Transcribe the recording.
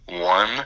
one